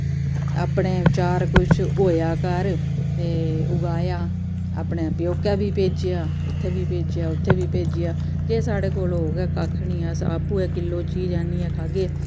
अपने चार कुछ होएआ घर ते उगाया अपनै प्यौकै बी भेजेआ इत्थै बी भेजेआ उत्थै बी भेजेआ जे साढे कोल होग गै कक्ख निं अस आपूं गै किलो चीज आनियै खागे